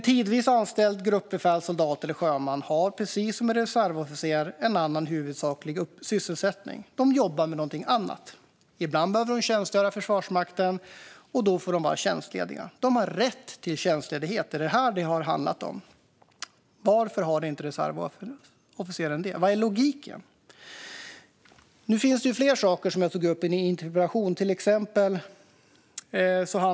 Tidvis anställda gruppbefäl, soldater eller sjömän har precis som reservofficerare en annan huvudsaklig sysselsättning. De jobbar med någonting annat. Ibland behöver de tjänstgöra i Försvarsmakten, och då får de vara tjänstlediga. De har rätt till tjänstledighet. Det är detta det har handlat om: Varför har inte reservofficeren det? Vad är logiken? Som jag tog upp i min interpellation finns det fler frågor.